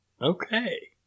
Okay